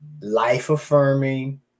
life-affirming